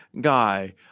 guy